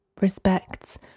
respects